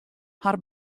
har